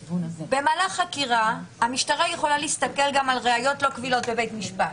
במהלך חקירה המשטרה יכולה להסתכל גם על ראיות לא קבילות בבית משפט.